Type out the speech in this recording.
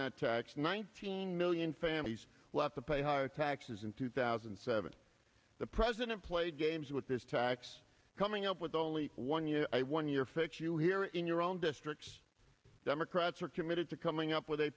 that tax nineteen million families will have to pay higher taxes in two thousand and seven the president played games with this tax coming up with only one year a one year fix you here in your own districts democrats are committed to coming up with a